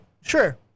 sure